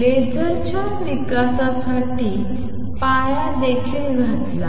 लेसरच्या विकासासाठी पाया देखील घातला